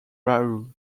rahul